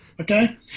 Okay